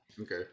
Okay